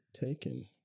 taken